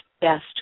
best